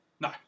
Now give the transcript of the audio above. No